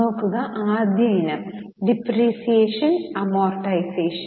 നോക്കുക ആദ്യ ഇനം ഡിപ്രീസിയേഷൻ അമോർടൈസേഷൻ